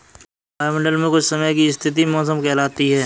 वायुमंडल मे कुछ समय की स्थिति मौसम कहलाती है